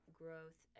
growth